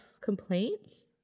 complaints